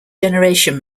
generation